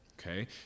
Okay